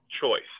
choice